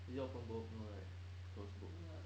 is it open book no right close book